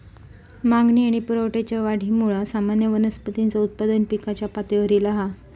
मागणी आणि पुरवठ्याच्या वाढीमुळा सामान्य वनस्पतींचा उत्पादन पिकाच्या पातळीवर ईला हा